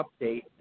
update